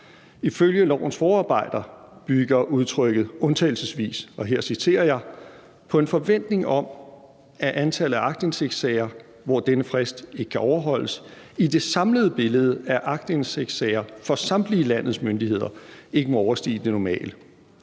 Ifølge lovens forarbejder bygger udtrykket undtagelselsvis – og her citerer jeg – på en forventning om, at antallet af aktindsigtssager, hvor denne frist ikke kan overholdes, i det samlede billede af aktindsigtssager for samtlige landets myndigheder ikke må overstige det normale.